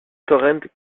torrent